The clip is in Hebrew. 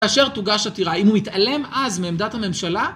כאשר תוגש עתירה האם הוא יתעלם אז מעמדת הממשלה